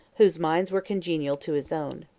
whose minds were congenial to his own.